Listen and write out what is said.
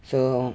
so